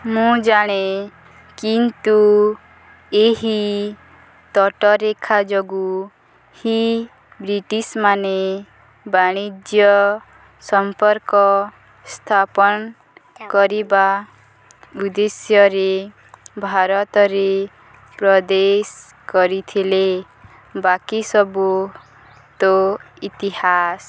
ମୁଁ ଜାଣେ କିନ୍ତୁ ଏହି ତଟରେଖା ଯୋଗୁଁ ହିଁ ବ୍ରିଟିଶମାନେ ବାଣିଜ୍ୟ ସମ୍ପର୍କ ସ୍ଥାପନ କରିବା ଉଦ୍ଦେଶ୍ୟରେ ଭାରତରେ ପ୍ରବେଶ କରିଥିଲେ ବାକିସବୁ ତ ଇତିହାସ